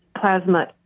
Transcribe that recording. plasma